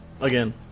Again